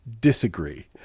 Disagree